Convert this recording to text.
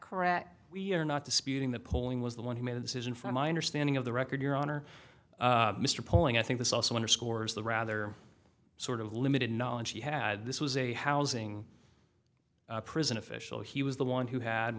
correct we are not disputing the polling was the one who made a decision from my understanding of the record your honor mr pauling i think this also underscores the rather sort of limited knowledge he had this was a housing prison official he was the one who had